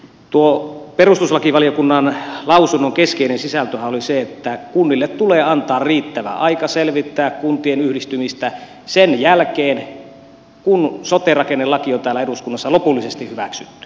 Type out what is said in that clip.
tuo perustuslakivaliokunnan lausunnon keskeinen sisältöhän oli se että kunnille tulee antaa riittävä aika selvittää kuntien yhdistymistä sen jälkeen kun sote rakennelaki on täällä eduskunnassa lopullisesti hyväksytty